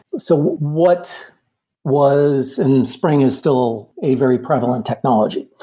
so what was and spring is still a very prevalent technology.